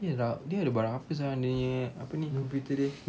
dia ada barang apa sia dia punya apa ni computer dia